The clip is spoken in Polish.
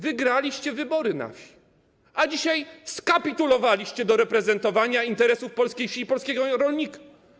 Wygraliście wybory na wsi, a dzisiaj skapitulowaliście, jeśli chodzi o reprezentowanie interesów polskiej wsi i polskiego rolnika.